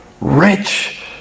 rich